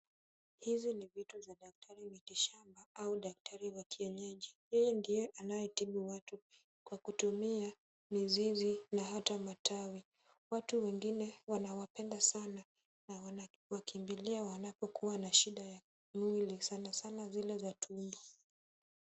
Hizi ni vitu za daktari mitishamba au daktari wa kienyeji, yeye ndiye anayetibu watu kwa kutumia mizizi na hata matawi. Watu wengine wanawapenda sana na wanawakimbilia wanapokuwa na shida ya mwili, sanasana za tumbo.